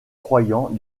croyants